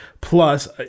Plus